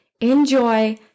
Enjoy